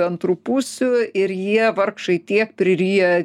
antrų pusių ir jie vargšai tiek priryja